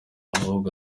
ahubwo